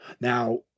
Now